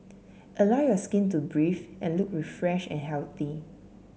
allow your skin to breathe and look refreshed and healthy